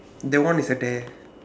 that one is a dare